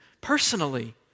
personally